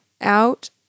out